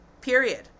period